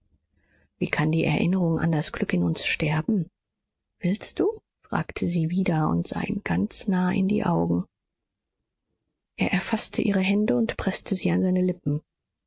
wie kann die erinnerung an das glück in uns sterben willst du fragte sie wieder und sah ihm ganz nah in die augen er erfaßte ihre hände und preßte sie an seine lippen